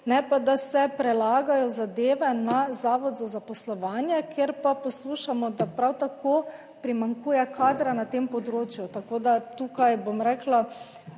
ne pa da se prelagajo zadeve na Zavod za zaposlovanje, kjer pa poslušamo, da prav tako primanjkuje kadra na tem področju. Tako da tukaj, bom rekla,